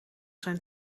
zijn